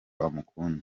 amukunda